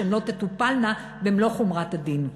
שהן לא תטופלנה במלוא חומרת הדין.